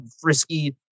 frisky